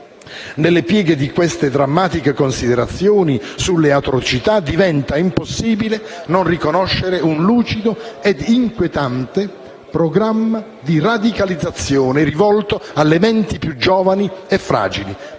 Nelle pieghe di queste drammatiche considerazioni sulle atrocità diventa impossibile non riconoscere un lucido e inquietante programma di radicalizzazione rivolto alle menti più giovani e fragili,